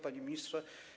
Panie Ministrze!